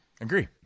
Agree